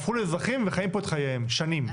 הפכו לאזרחים וחיים פה את חייהם שנים.